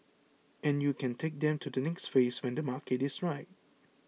and you can take them to the next phase when the market is right